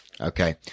Okay